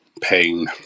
Pain